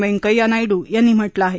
व्यंकय्या नायडू यांनी म्हटलं आहे